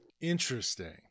Interesting